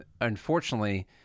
unfortunately